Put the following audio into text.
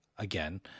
Again